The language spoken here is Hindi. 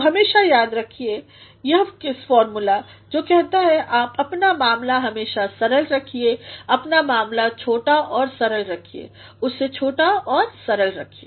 तो हमेशा याद रखिए यह किसफार्मूला जो कहता है अपना मामला हमेशा सरल रखिए अपना मामला छोटा और सरल रहिए उसे छोटा और सरल रखिए